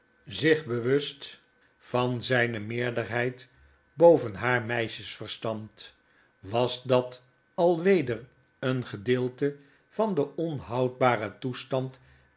zich bewust van zyne meerderheid boven haar meisjesverstand was dat al weder een gedeelte van den onhoudbaren toestand